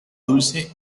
dulce